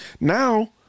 now